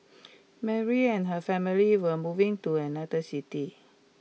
Mary and her family were moving to another city